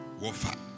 wafa